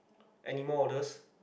anymore orders